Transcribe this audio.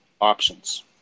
options